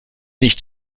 nicht